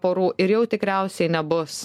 porų ir jau tikriausiai nebus